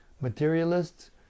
Materialists